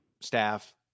staff